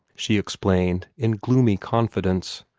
she explained, in gloomy confidence.